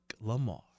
Lamar